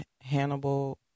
Hannibal